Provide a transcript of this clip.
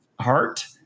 heart